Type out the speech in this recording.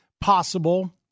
possible